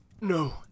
No